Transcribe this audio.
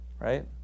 right